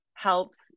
Helps